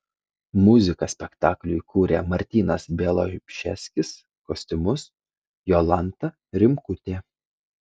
muziką spektakliui kūrė martynas bialobžeskis kostiumus jolanta rimkutė